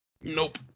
Nope